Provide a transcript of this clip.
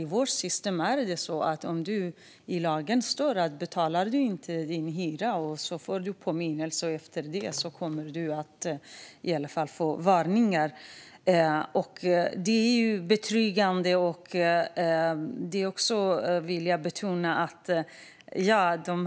I vårt system står det i lagen att om man inte betalar sin hyra får man en påminnelse, och därefter kommer man i alla fall att få varningar. Dessa satsningar är därför betryggande.